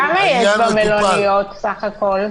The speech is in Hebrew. כמה יש במלוניות בסך הכול?